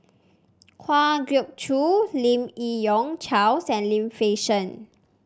Kwa Geok Choo Lim Yi Yong Charles and Lim Fei Shen